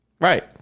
Right